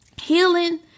Healing